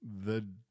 The-